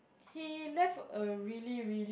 he left a really really